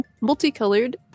multicolored